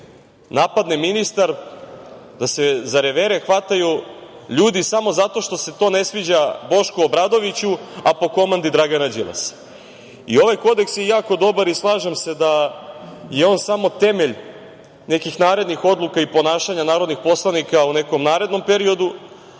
napadne ministar, da se za revere hvataju ljudi samo zato što se to ne sviđa Bošku Obradoviću, a po komandi Dragana Đilasa? Ovaj Kodeks je jako dobar i slažem se da je on samo temelj nekih narednih odluka i ponašanja narodnih poslanika u nekom narednom periodu,